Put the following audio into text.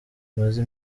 imaze